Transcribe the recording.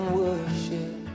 worship